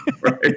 Right